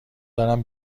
دارم